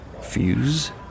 Fuse